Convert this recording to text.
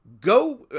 Go